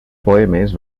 poemes